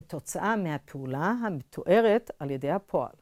תוצאה מהפעולה המתוארת על ידי הפועל.